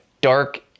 dark